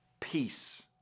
Peace